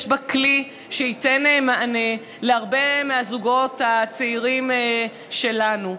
יש בה כלי שייתן מענה להרבה מהזוגות הצעירים שלנו.